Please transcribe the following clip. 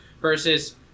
versus